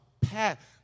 path